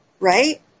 right